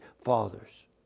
fathers